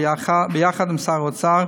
ביחד עם שר האוצר,